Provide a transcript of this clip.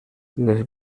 les